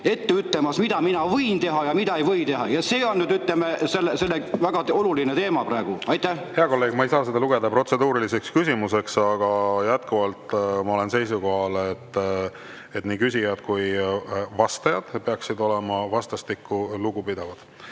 ette ütlemas, mida mina võin teha ja mida ei või teha. Ja see on väga oluline teema praegu. Hea kolleeg, ma ei saa seda lugeda protseduuriliseks küsimuseks, aga jätkuvalt ma olen seisukohal, et küsijad ja vastajad peaksid olema vastastikku lugupidavad.